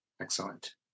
excellent